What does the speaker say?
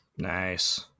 nice